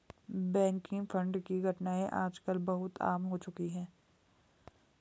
banking fraud की घटनाएं आज कल बहुत आम हो चुकी है